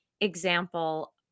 example